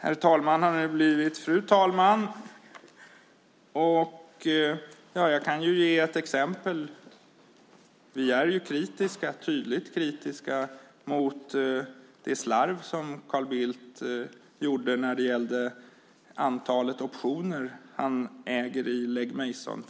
Fru talman! Jag kan ge ett exempel. Vi är tydligt kritiska mot det slarv som Carl Bildt gjorde sig skyldig till när det gäller det antal optioner som han äger i Legg Mason.